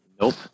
Nope